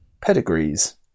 pedigrees